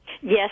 Yes